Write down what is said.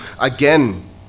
again